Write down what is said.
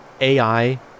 AI